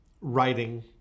writing